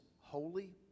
holy